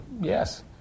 yes